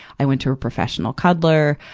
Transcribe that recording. i went to a professional cuddler.